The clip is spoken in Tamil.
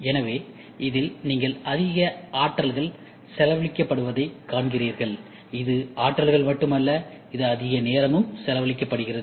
எனவே இதில் நீங்கள் அதிக ஆற்றல்கள் செலவழிக்கப்படுவதைக் காண்கிறீர்கள் அது ஆற்றல்கள் மட்டுமல்ல இது அதிக நேரமும் செலவழிக்கப்படுகிறது